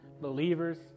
believers